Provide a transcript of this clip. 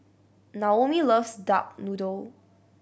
Naomi loves duck noodle